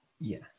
Yes